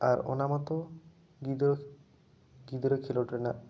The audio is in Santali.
ᱟᱨ ᱚᱱᱟ ᱢᱟᱛᱚ ᱜᱤᱫᱟᱹᱨ ᱜᱤᱫᱽᱨᱟᱹ ᱠᱷᱮᱞᱳᱰ ᱨᱮᱱᱟᱜ